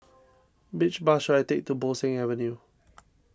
which bus should I take to Bo Seng Avenue